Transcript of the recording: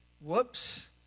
Whoops